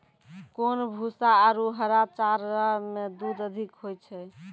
कोन भूसा आरु हरा चारा मे दूध अधिक होय छै?